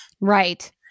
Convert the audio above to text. Right